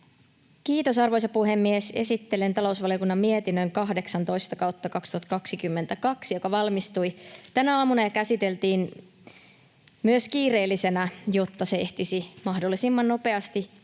Kiitos, arvoisa puhemies! Esittelen talousvaliokunnan mietinnön 18/2022, joka valmistui tänä aamuna ja käsiteltiin myös kiireellisenä, jotta se ehtisi mahdollisimman nopeasti voimaan